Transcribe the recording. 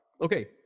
Okay